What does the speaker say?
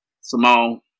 Simone